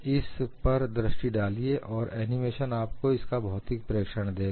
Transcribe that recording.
इस पर दृष्टि डालिए और एनिमेशन आपको इसका भौतिक प्रेक्षण देगा